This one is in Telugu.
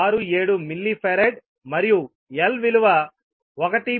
67 మిల్లీ ఫరాడ్ మరియు L విలువ 1